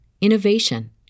innovation